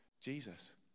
Jesus